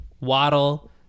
Waddle